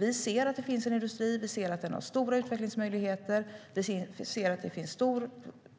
Vi ser att det finns en industri, vi ser att den har stora utvecklingsmöjligheter och vi ser att det finns stor